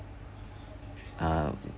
uh